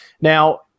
Now